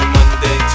Monday